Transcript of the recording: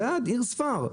אלעד היא עיר ספר,